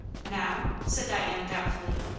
now? said diana doubtfully.